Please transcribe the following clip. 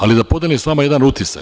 Ali, da podelim sa vama jedan utisak.